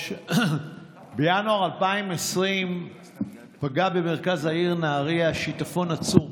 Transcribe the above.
בינואר 2020 פגע במרכז העיר נהריה שיטפון עצום,